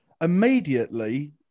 Immediately